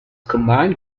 command